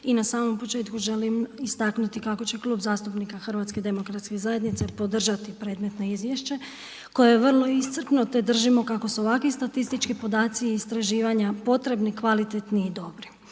i na samom početku želim istaknuti kako će klub zastupnika HDZ-a podržati predmetno izvješće koje je vrlo iscrpno te držimo kako se ovakvi statistički podaci i istraživanja potrebni, kvalitetni i dobri.